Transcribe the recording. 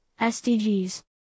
SDGs